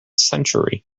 century